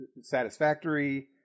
Satisfactory